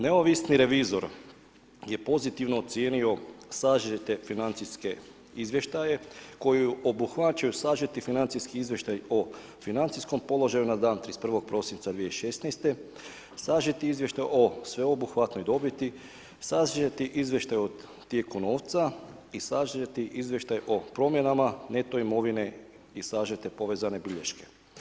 Neovisni revizor je pozitivno ocijenio sažete financijske izvještaje koji obuhvaćaju sažeti financijski izvještaj o financijskom položaju na dan 31. prosinca 2016., sažeti izvještaj o sveobuhvatnoj dobiti, sažeti izvještaj o tijeku novca i sažeti izvještaj o promjenama, neto imovine i sažete povezane bilješke.